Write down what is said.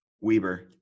Weber